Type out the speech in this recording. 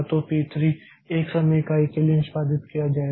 तो पी 3 1 समय इकाई के लिए निष्पादित किया जाएगा